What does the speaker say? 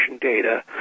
data